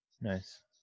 Nice